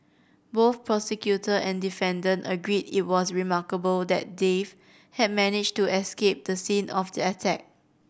both prosecutor and defendant agreed it was remarkable that Dave had managed to escape the scene of the attack